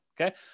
Okay